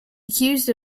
accused